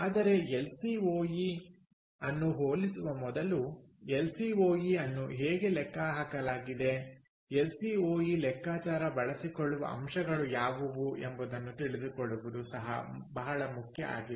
ಆದರೆ ಎಲ್ಸಿಒಇ ಅನ್ನು ಹೋಲಿಸುವ ಮೊದಲು ಎಲ್ಸಿಒಇ ಅನ್ನು ಹೇಗೆ ಲೆಕ್ಕಹಾಕಲಾಗಿದೆ ಎಲ್ಸಿಒಇ ಲೆಕ್ಕಾಚಾರಕ್ಕೆ ಬಳಸಿಕೊಳ್ಳುವ ಅಂಶಗಳು ಯಾವುವು ಎಂಬುದನ್ನು ತಿಳಿದುಕೊಳ್ಳುವುದು ಸಹ ಬಹಳ ಮುಖ್ಯ ಆಗಿದೆ